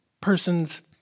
person's